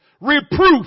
Reproof